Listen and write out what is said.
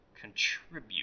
contribute